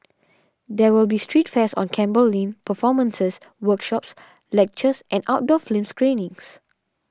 there will be street fairs on Campbell Lane performances workshops lectures and outdoor film screenings